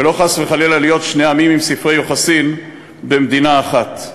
ולא חס וחלילה להיות שני עמים עם ספרי יוחסין במדינה אחת.